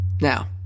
Now